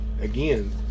Again